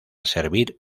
servir